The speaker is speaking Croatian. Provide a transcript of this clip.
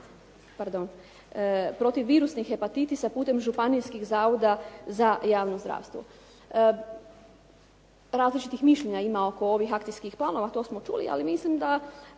protiv virusnih hepatitisa putem županijskih zavoda za javno zdravstvo. Različitih mišljenja ima oko ovih akcijskih planova, to smo čuli, ali mislim da